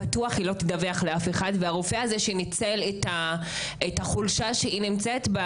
היא בטוח לא תדווח לאף אחד והרופא הזה שניצל את החולשה שהיא נמצאת בה